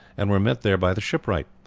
and were met there by the shipwright,